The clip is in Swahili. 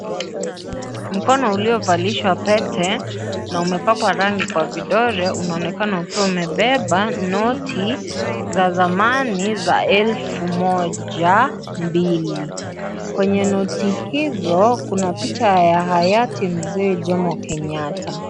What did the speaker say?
Mkono uliovalishwa pete, na umepakwa rangi kwa vidole unaonekana ukiwa umebeba noti za zamani za elfu moja, mbili. Kwenye noti hizo kuna picha ya hayati mzee Jomo Kenyatta.